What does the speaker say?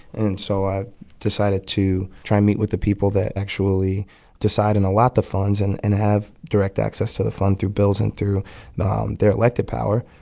and and so i decided to try and meet with the people that actually decide and allot the funds and and have direct access to the fund through bills and through um their elected power.